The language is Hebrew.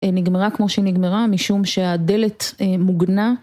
נגמרה כמו שהיא נגמרה, משום שהדלת מוגנה.